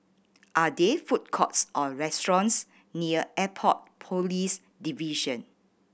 are there food courts or restaurants near Airport Police Division